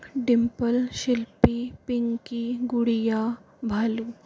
डिम्पल शिल्पी पिंकी गुड़िया भालू